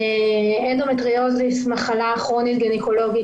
אנדומטריוזיס מחלה כרונית גניקולוגית